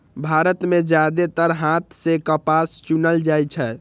भारत मे जादेतर हाथे सं कपास चुनल जाइ छै